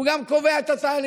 הוא קובע גם את התהליכים.